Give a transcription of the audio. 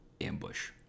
ambush